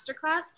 masterclass